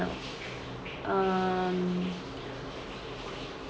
um